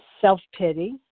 self-pity